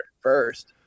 first